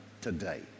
today